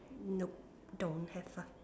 nope don't have ah